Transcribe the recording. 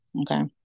Okay